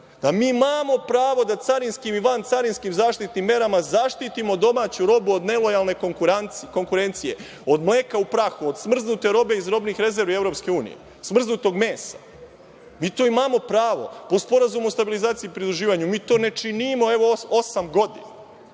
da mi imamo pravo da carinskim i van carinskim zaštitnim merama zaštitimo domaću robu od nelojalne konkurencije, od mleka u prahu, od smrznute robe iz robnih rezervi EU, smrznutog mesa. Na to imamo pravo u SSP, i to ne činimo već osam godina.